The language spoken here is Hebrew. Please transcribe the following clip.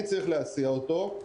אני צריך להסיע אותו.